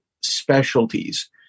specialties